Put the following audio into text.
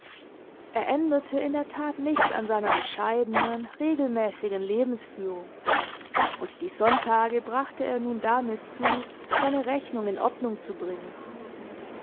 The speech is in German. er änderte in der tat nichts an seiner bescheidenen regelmäßigen lebensführung und die sonntage brachte er nun damit zu seine rechnung in ordnung zu bringen